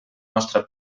nostra